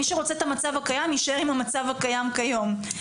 מי שרוצה את המצב הקיים - יישאר עם המצב הקיים כיום.